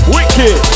Wicked